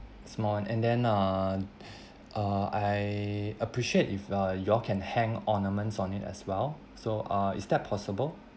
small and then err uh I appreciate if uh you all can hang ornaments on it as well so uh is that possible